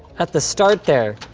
at the start there,